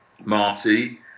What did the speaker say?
marty